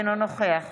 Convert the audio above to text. אינו נוכח